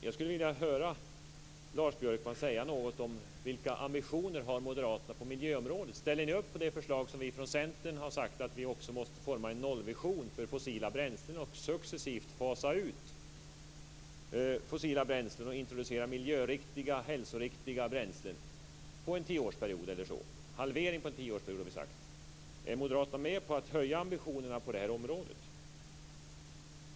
Jag vill höra Lars Björkman säga något om vilka ambitioner moderaterna har på miljöområdet. Ställer ni upp på det förslag som vi från Centern har sagt om att forma en nollvision för fossila bränslen och successivt fasa ut, halvera, fossila bränslen och introducera miljöriktiga och hälsoriktiga bränslen under en tioårsperiod? Är moderaterna med på att höja ambitionerna på det området?